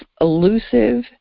elusive